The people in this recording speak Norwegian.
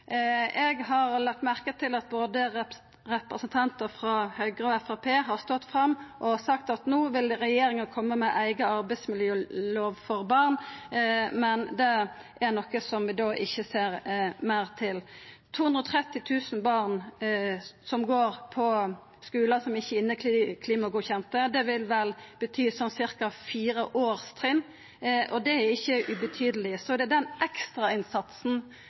Eg har lagt merke til at representantar frå både Høgre og Framstegspartiet har stått fram og sagt at no vil regjeringa koma med ei eiga arbeidsmiljølov for barn. Men det er noko som vi ikkje har sett meir til. 230 000 barn går på skular som ikkje er inneklimagodkjende, det vil vel bety cirka fire årstrinn, og det er ikkje ubetydeleg. Det er hjelp til den ekstrainnsatsen